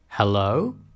Hello